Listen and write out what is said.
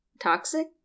toxic